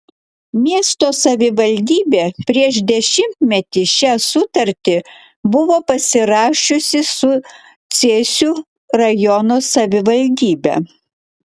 miesto savivaldybė prieš dešimtmetį šią sutartį buvo pasirašiusi su cėsių rajono savivaldybe